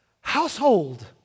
household